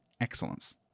excellence